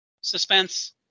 suspense